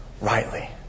rightly